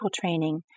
training